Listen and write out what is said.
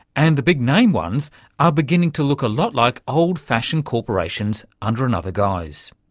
and the big-name ones are beginning to look a lot like old fashioned corporations under another guise.